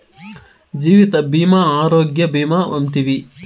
జీవిత భీమా ఆరోగ్య భీమా వంటివి